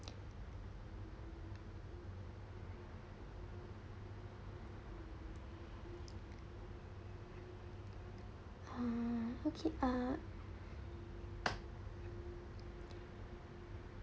uh okay uh